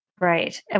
Right